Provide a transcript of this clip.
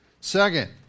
Second